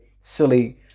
silly